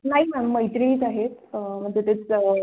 नाही मॅम मैत्रीणीच आहेत म्हणजे तेच